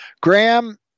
Graham